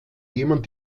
jemand